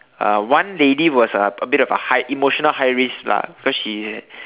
uh one lady was uh a bit of a high emotional high risk lah because she